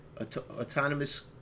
Autonomous